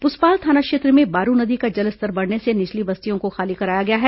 पुसपाल थाना क्षेत्र में बारूनदी का जलस्तर बढ़ने से निचली बस्तियों को खाली कराया गया है